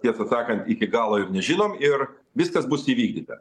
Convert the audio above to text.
tiesą sakant iki galo ir nežinom ir viskas bus įvykdyta